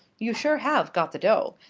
you sure have got the dough.